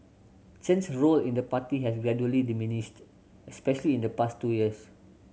Chen's role in the party has gradually diminished especially in the past two years